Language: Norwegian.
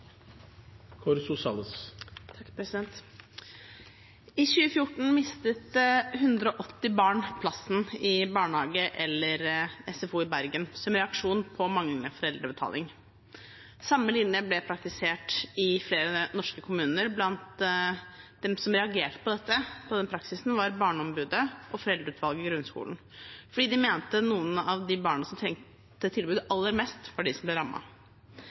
I 2014 mistet 180 barn i Bergen plassen sin i barnehage eller SFO som reaksjon på manglende foreldrebetaling. Samme linje ble praktisert i flere norske kommuner. Blant dem som reagerte på denne praksisen, var Barneombudet og Foreldreutvalget for grunnskolen, fordi de mente at noen av de barna som trengte tilbudet aller mest, var de som ble